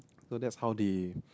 so that's how they